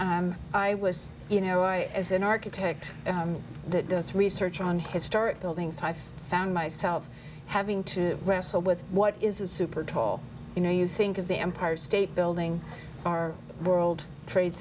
i was you know i as an hour taked that does research on historic buildings i've found myself having to wrestle with what is a super tall you know you think of the empire state building our world trade